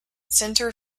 center